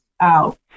out